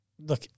Look